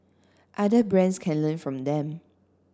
other brands can learn from them